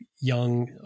young